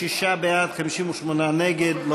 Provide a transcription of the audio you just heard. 56 עד, 58 נגד.